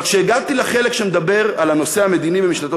אבל כשהגעתי לחלק שמדבר על הנושא המדיני במשנתו